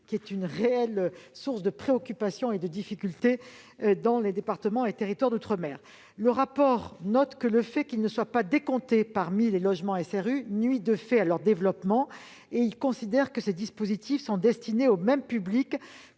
qui est une réelle source de préoccupation et de difficultés dans les départements et collectivités d'outre-mer. Le rapport note que le fait qu'ils ne soient pas décomptés parmi les logements SRU nuit à leur développement et considère que ces dispositifs sont destinés au même public